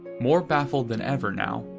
more baffled than ever now,